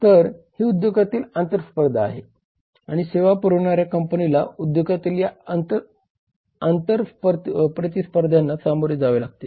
तर ही उद्योगातील आंतर स्पर्धा आहे आणि सेवा पुरवणाऱ्या कंपनीला उद्योगातील या आंतर प्रतिस्पर्ध्यांना सामोरे जावे लागते